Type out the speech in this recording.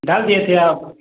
डाल दिए थे आप